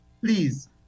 Please